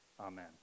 Amen